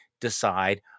decide